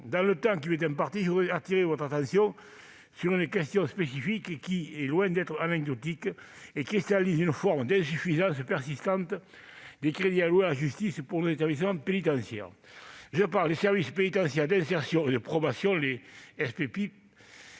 Dans le temps qui m'est imparti, je voudrais appeler votre attention sur une question spécifique, qui, loin d'être anecdotique, cristallise une forme d'insuffisance persistante des crédits alloués à la justice pour nos établissements pénitentiaires. Je parle des services pénitentiaires d'insertion et de probation, les SPIP,